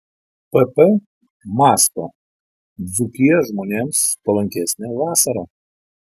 pp mąsto dzūkija žmonėms palankesnė vasarą